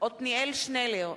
עתניאל שנלר,